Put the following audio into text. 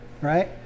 Right